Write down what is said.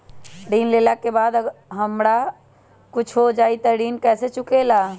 ऋण लेला के बाद अगर हमरा कुछ हो जाइ त ऋण कैसे चुकेला?